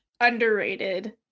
underrated